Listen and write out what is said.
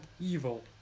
evil